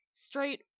straight